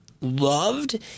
loved